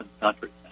countries